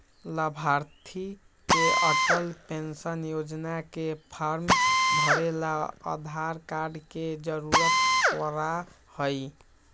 लाभार्थी के अटल पेन्शन योजना के फार्म भरे ला आधार कार्ड के जरूरत पड़ा हई